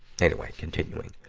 anyway, continuing.